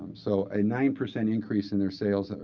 so a nine percent increase in their sales, ah